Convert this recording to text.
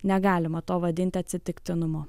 negalima to vadinti atsitiktinumu